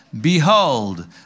Behold